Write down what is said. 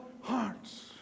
hearts